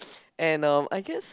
and um I guess